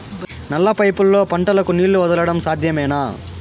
నల్ల పైపుల్లో పంటలకు నీళ్లు వదలడం సాధ్యమేనా?